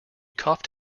coughed